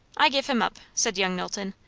i give him up, said young knowlton.